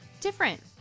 different